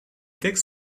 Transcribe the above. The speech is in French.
textes